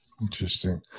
Interesting